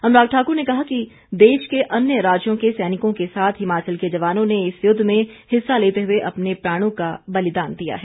अनुराग ठाकुर ने कहा कि देश के अन्य राज्यों के सैनिकों के साथ हिमाचल के जवानों ने इस युद्ध में हिस्सा लेते हुए अपने प्राणों का बलिदान दिया है